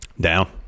down